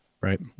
Right